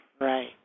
Right